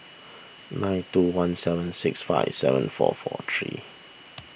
nine two one seven six five seven four four three